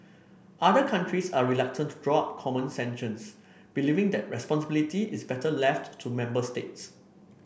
other countries are reluctant to draw up common sanctions believing that responsibility is better left to member states